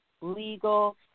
legal